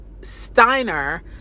Steiner